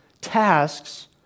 tasks